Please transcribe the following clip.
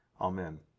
Amen